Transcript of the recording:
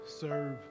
serve